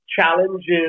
challenges